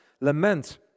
lament